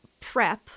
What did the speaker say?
prep